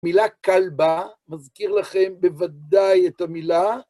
מילה כלבה מזכיר לכם בוודאי את המילה.